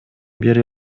бири